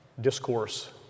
discourse